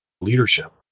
leadership